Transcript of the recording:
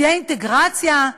תהיה אינטגרציה.